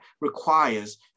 requires